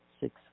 Six